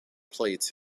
plates